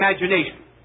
imagination